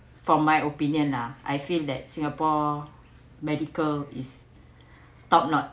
from my opinion lah I feel that singapore medical is top not